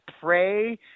pray